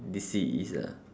D_C is ah